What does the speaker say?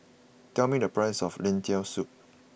tell me the price of Lentil Soup